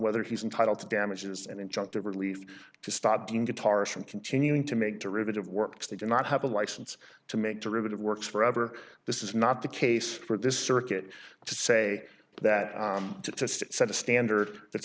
whether he's entitled to damages and injunctive relief to stop being guitars from continuing to make derivative work they do not have a license to make derivative works forever this is not the case for this circuit to say that to just set a standard